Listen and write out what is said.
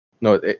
No